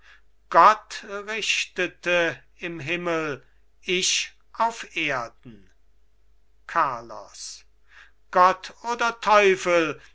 gott richtete im himmel ich auf erden carlos gott oder teufel